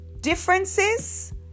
Differences